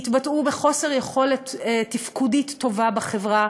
יתבטאו בחוסר יכולת תפקודית טובה בחברה.